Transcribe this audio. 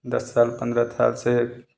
दस साल पंद्रह साल से